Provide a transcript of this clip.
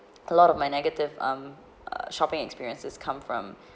a lot of my negative um uh shopping experiences come from